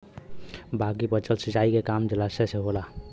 बाकी बचल सिंचाई के काम जलाशय से होला